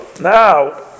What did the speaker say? now